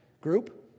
group